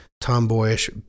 tomboyish